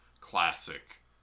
classic